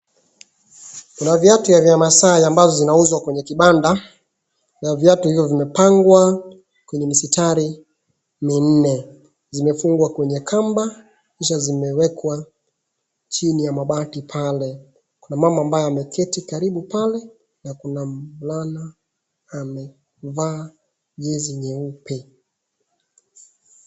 Kuna viatu vya maasai ambazo zinauzwa kwenye kibanda, na viatu hivyo vimepangwa kweye mistari minne. Zimefungwa kwenye kamba, kisha zimewekwa chini ya mabati pale. Kuna mama ambaye ameketi karibu pale na kuna mvulana amevaa jezi nyeupe.